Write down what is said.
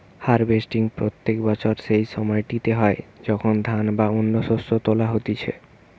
harvesting প্রত্যেক বছর সেই সময়টিতে হয় যখন ধান বা অন্য শস্য তোলা হতিছে